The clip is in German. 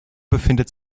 befindet